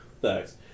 Thanks